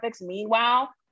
Meanwhile